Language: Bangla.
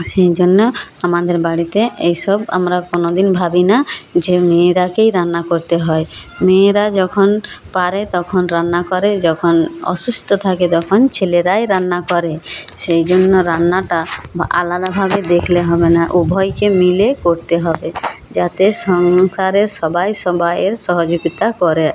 সেই জন্য আমাদের বাড়িতে এই সব আমরা কোনো দিন ভাবি না যে মেয়েদেরকেই রান্না করতে হয় মেয়েরা যখন পারে তখন রান্না করে যখন অসুস্থ থাকে তখন ছেলেরাই রান্না করে সেই জন্য রান্নাটা আলাদাভাবে দেখলে হবে না উভয়কে মিলে করতে হবে যাতে সংসারে সবাই সবাইয়ের সহযোগিতা করে